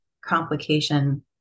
complication